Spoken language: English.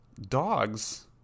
dogs